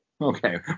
Okay